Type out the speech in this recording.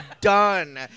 done